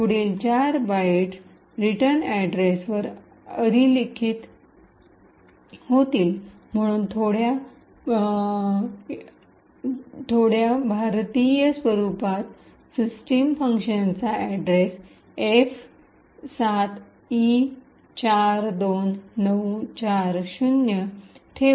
पुढील चार byte return अड्रेसवर अधिलिखित ओव्हरराईड होतील म्हणून थोड्या भारतीय स्वरूपात सिस्टम फंक्शनचा अड्रेस एफ7ई42940 ठेऊ